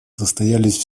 состоялись